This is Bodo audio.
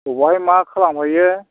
अबेहाय मा खालामहैयो